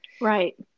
Right